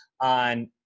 on –